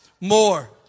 more